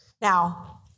Now